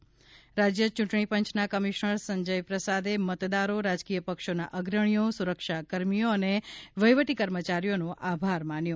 ૈ રાજય યુંટણી પંચના કમિશ્નર સંજય પ્રસાદે મતદારો રાજકીય પક્ષોના અગ્રણીઓ સુરક્ષા કર્મીઓ અન વહીવટી કર્મચારીઓનો આભાર માન્યો